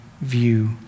view